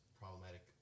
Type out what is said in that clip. problematic